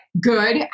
good